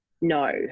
no